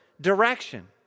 direction